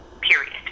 period